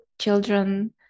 children